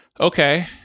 Okay